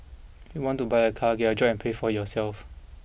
if you want to buy a car get a job and pay for it yourself